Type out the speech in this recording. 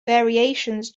variations